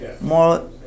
More